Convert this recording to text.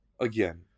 again